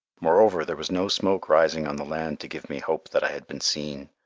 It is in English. moreover, there was no smoke rising on the land to give me hope that i had been seen.